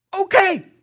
Okay